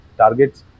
targets